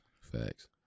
Facts